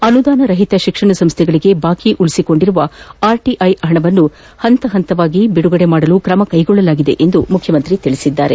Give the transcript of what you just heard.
ಅನುದಾನ ರಹಿತ ಶಿಕ್ಷಣ ಸಂಸ್ಥೆಗಳಿಗೆ ಬಾಕಿ ಉಳಿಸಿಕೊಂಡಿರುವ ಆರ್ಟಿಐ ಹಣವನ್ನು ಹಂತ ಹಂತವಾಗಿ ಬಿಡುಗಡೆ ಮಾಡಲು ಕ್ರಮ ಕೈಗೊಳ್ಳಲಾಗಿದೆ ಎಂದು ಮುಖ್ಯಮಂತ್ರಿ ಹೇಳಿದ್ದಾರೆ